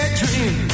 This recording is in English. dream